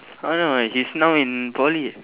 oh no he's now in poly